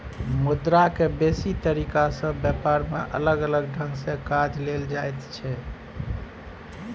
मुद्रा के बेसी तरीका से ब्यापार में अलग अलग ढंग से काज लेल जाइत छै